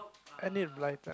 Enid-Blyton